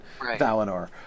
Valinor